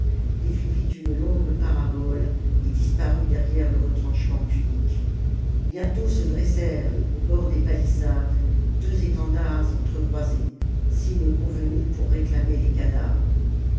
décrivit une longue parabole et disparut derrière le retranchement punique bientôt se dressèrent au bord des palissades deux étendards entre croisés signe convenu pour réclamer les cadavres